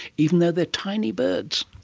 even though they are tiny birds.